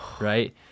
right